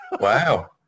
Wow